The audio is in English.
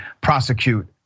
prosecute